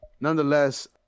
nonetheless